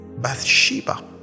Bathsheba